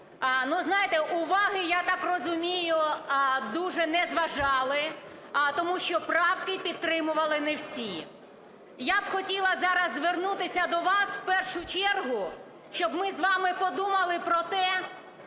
Ну, знаєте, уваги, я так розумію, дуже не зважали. Тому що правки підтримували не всі. Я хотіла б зараз звернутися до вас в першу чергу, щоб ми з вами подумали про те,